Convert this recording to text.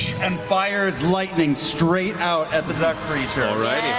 and fires lightning straight out at the duck creature.